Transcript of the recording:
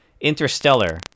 interstellar